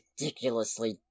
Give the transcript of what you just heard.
ridiculously